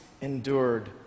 endured